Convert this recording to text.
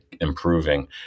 improving